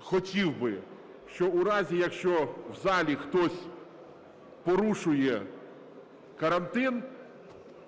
хотів би, що в разі, якщо в залі хтось порушує карантин,